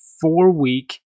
four-week